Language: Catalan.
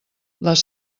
les